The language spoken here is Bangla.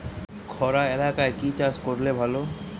খরা এলাকায় কি চাষ করলে ভালো?